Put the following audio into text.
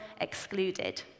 excluded